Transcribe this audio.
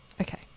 Okay